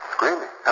Screaming